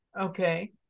okay